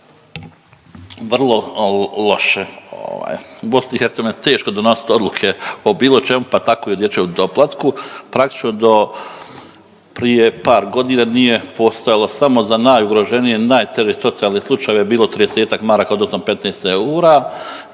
Vrlo loše. U BiH je teško donositi odluke o bilo čemu, pa tako i o dječjem doplatku. Praktički do prije par godina nije postojalo samo za najugroženije, najteže socijalne slučajeve je bilo 30-tak maraka odnosno 15 eura.